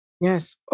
Yes